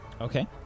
Okay